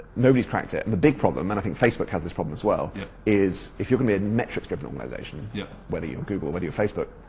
nobody's cracked it and the big problem and i think facebook has this problem as well yeah is, if you're going to be a metrics driven organisation yeah whether you're google, whether you're facebook,